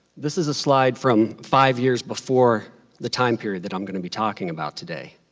this is a slide from five years before the time period that i'm going to be talking about today,